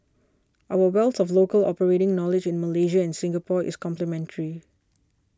our wealth of local operating knowledge in Malaysia and Singapore is complementary